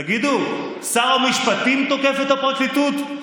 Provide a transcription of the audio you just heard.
תגידו, שר המשפטים תוקף את הפרקליטות?